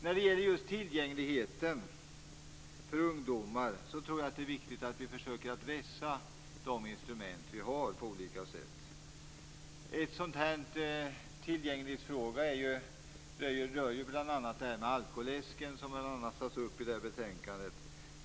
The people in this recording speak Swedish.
När det gäller tillgängligheten för ungdomar är det viktigt att vi på olika sätt försöker att vässa de instrument som vi har. En tillgänglighetsfråga är bl.a. detta med alkoläsken som tas upp i detta betänkande.